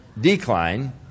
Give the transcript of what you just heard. decline